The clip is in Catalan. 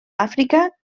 àfrica